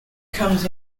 comes